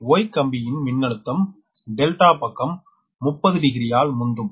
Y கம்பியின் மின்னழுத்தம் ∆ பக்கம் 300 யால் முந்தும்